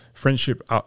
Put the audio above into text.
friendship